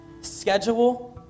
schedule